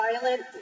violent